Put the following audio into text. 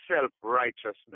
self-righteousness